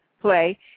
play